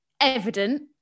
evident